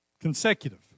consecutive